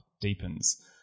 deepens